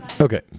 Okay